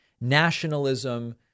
nationalism